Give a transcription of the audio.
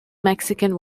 mexican